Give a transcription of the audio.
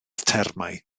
termau